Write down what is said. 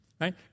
right